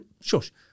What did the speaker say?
Shush